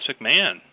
McMahon